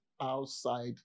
outside